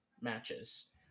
matches